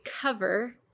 cover